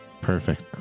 perfect